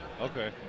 Okay